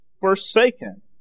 forsaken